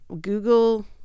Google